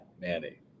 Manny